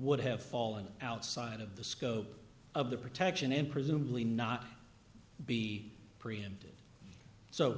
would have fallen outside of the scope of their protection and presumably not be preempted so